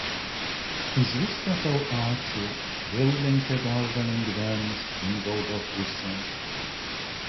už viską tau ačiū vėl lenkė galvą lengvenis rimgaudo pusėn